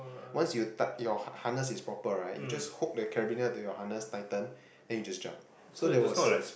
once you tou~ your harness is proper right you just hook the carabiner to your harness tighten then you just jump so there was